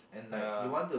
ya